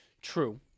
True